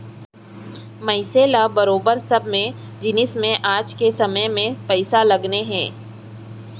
मनसे ल बरोबर सबे जिनिस म आज के समे म पइसा लगने हे